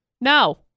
No